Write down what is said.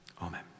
Amen